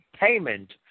payment